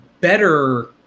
better